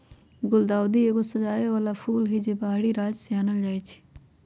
गुलदाऊदी एगो सजाबे बला फूल हई, जे बाहरी राज्य से आनल जाइ छै